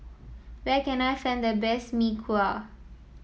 where can I find the best Mee Kuah